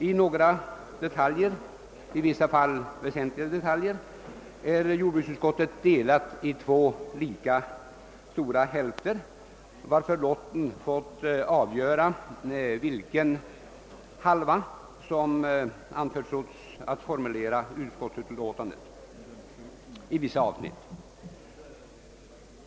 I några detaljer — i vissa fall väsentliga detaljer — är jordbruksutskottet kluvet i två lika stora delar, varför lotten fått avgöra vilken hälft som skulle anförtros att formulera utlåtandet i vissa avsnitt.